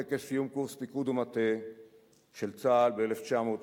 בטקס סיום קורס פיקוד ומטה של צה"ל ב-1992,